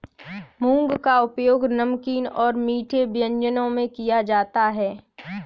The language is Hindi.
मूंग का उपयोग नमकीन और मीठे व्यंजनों में किया जाता है